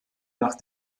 nach